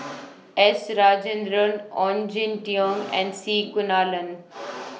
S Rajendran Ong Jin Teong and C Kunalan